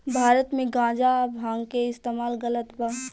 भारत मे गांजा आ भांग के इस्तमाल गलत बा